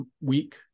week